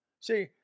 See